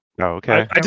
okay